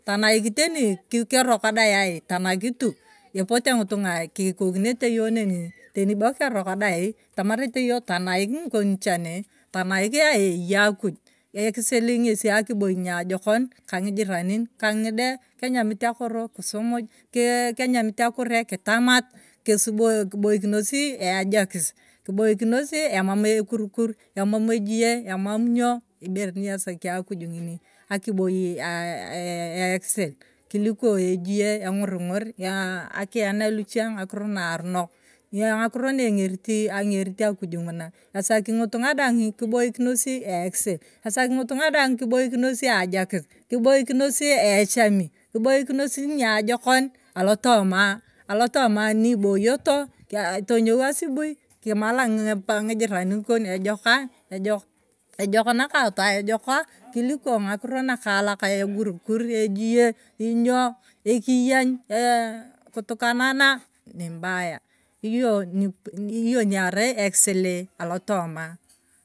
Tanaik teni keronok dai, tanaik tu, epote ng’itung’a kikokinete yong neni, teni bo keronok dai etamarete yong tanaik ng’ichon chani, tanaikia ee eyei akuj ekisii ngesi akiboi niajokon ka ng’ijiranin kang’ide, kenyamit akoro kisumuj kee kenyamit akure kitamat kisibo kiboikinasi ajokis, kiboikinosi ememu ekurikur, emam ejie, emam ny. o ibere nyiesaki akuj ng’ini akiboi aa ee ekisii kiliko ejie, eng’oring’or ee akiyania luche ng’akoro na aranok ng’akoro naeng’erite angeriti akuj ng’una, esaki ng’itung’a daang kibokinosi eekisil esaki ng’itung’a daang kiboikinos ajokis, kiboikis echami, kibakinos niajokon alotoma, alotoma niiboyoto, tonyou asubui kimata ng’ijiranin kon, ejoka, ejok, ejok nakaatoa ejoka kiliko ng’akuro lakaalaka, ekurukur, ejie iny’o, ekiyeny ee kutukanana nimbaya iyo ni iyo ni arai ekisil alotoma.